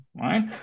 right